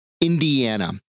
Indiana